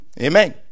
Amen